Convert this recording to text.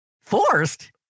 Forced